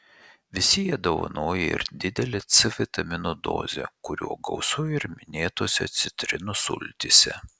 visi jie dovanoja ir didelę c vitamino dozę kurio gausu ir minėtose citrinų sultyse